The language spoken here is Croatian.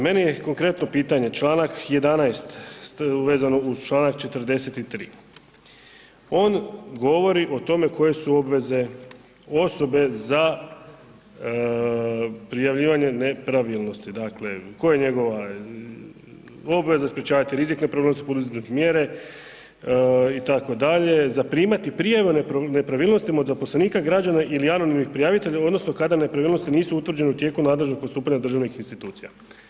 Meni je konkretno pitanje članak 11. vezano uz članak 43. on govori o tome koje su obveze osobe za prijavljivanje nepravilnosti, dakle koja je njegova obveza, sprječavati rizik nepravilnosti, poduzeti mjere, itd., zaprimati prijave o nepravilnostima od zaposlenika, građana ili anonimnih prijavitelja, odnosno kada nepravilnosti nisu utvrđene u tijeku nadležnog postupanja državnih institucija.